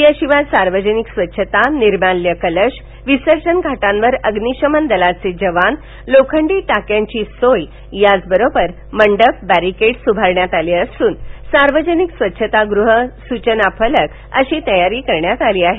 याशिवाय सार्वजनिक स्वच्छता निर्माल्य कलश विसर्जन घाटांवर अभ्निशमन दलाचे जवान लोखंडी टाक्यांची सोय त्याचबरोबर मंडप बॅरिकेडस् उभारण्यात आली असून सार्वजनिक स्वच्छतागृहे सूचनाफलक अशी तयारी करण्यात आली आहे